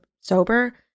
sober